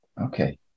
okay